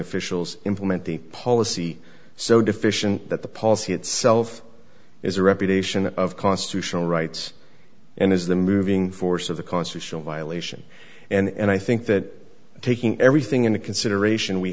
officials implement the policy so deficient that the policy itself is a reputation of constitutional rights and is the moving force of the constitutional violation and i think that taking everything into consideration